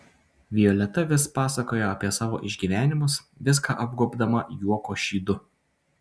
violeta vis pasakojo apie savo išgyvenimus viską apgobdama juoko šydu